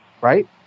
Right